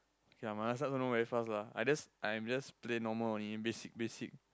ya my snipe also not very fast lah I just I'm just play normal only basic basic